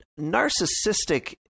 narcissistic